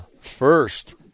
first